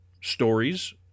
stories